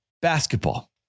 basketball